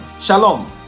shalom